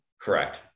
correct